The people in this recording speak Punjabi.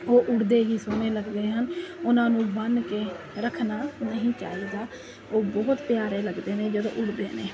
ਉਹ ਉੱਡਦੇ ਹੀ ਸੋਹਣੇ ਲੱਗਦੇ ਹਨ ਉਨ੍ਹਾਂ ਨੂੰ ਬੰਨ ਕੇ ਰੱਖਣਾ ਨਹੀਂ ਚਾਈਦਾ ਉਹ ਬਹੁਤ ਪਿਆਰੇ ਲੱਗਦੇ ਨੇ ਜਦੋਂ ਉੱਡਦੇ ਨੇ